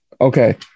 Okay